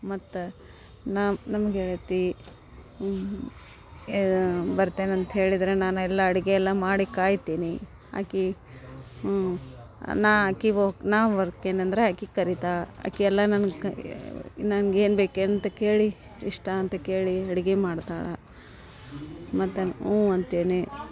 ಮತ್ತು ನಮ್ಮ ಗೆಳತಿ ಬರ್ತೇನಂತ ಹೇಳಿದರೆ ನಾನು ಎಲ್ಲ ಅಡುಗೆಯೆಲ್ಲ ಮಾಡಿ ಕಾಯ್ತೇನೆ ಆಕೆ ಹ್ಞೂ ನಾನು ಆಕೆಗ್ ಓಕ್ ನಾನು ಬರ್ತೇನಂದ್ರೆ ಆಕೆ ಕರಿತಾಳೆ ಆಕೆ ಎಲ್ಲ ನನ್ಗೆ ಕ ನಂಗೆ ಏನು ಬೇಕು ಅಂತ ಕೇಳಿ ಇಷ್ಟ ಅಂತ ಕೇಳಿ ಅಡ್ಗೆ ಮಾಡ್ತಾಳೆ ಮತ್ತು ಊಂ ಅಂತೇನೆ